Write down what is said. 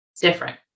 different